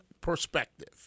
perspective